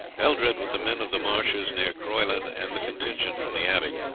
eldred, with the men of the marshes near croyland and the contingent from the abbey,